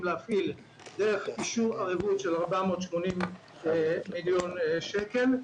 להפעיל דרך אישור ערבות של 480 מיליון שקל,